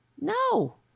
No